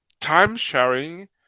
time-sharing